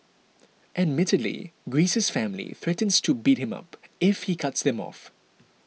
admittedly Greece's family threatens to beat him up if he cuts them off